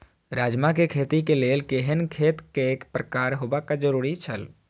राजमा के खेती के लेल केहेन खेत केय प्रकार होबाक जरुरी छल?